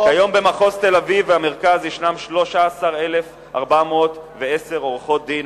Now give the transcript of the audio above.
כיום במחוז תל-אביב והמרכז יש 13,410 עורכות-דין,